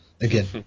again